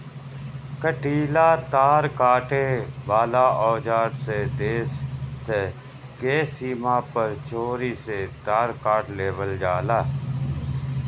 कंटीला तार काटे वाला औज़ार से देश स के सीमा पर चोरी से तार काट देवेल जाला